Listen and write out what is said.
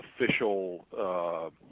official